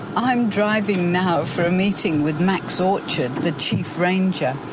i'm driving now for a meeting with max orchard, the chief ranger,